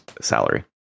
salary